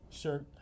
shirt